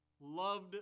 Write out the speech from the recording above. loved